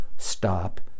stop